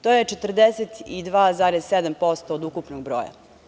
To je 42,7% od ukupnog broja.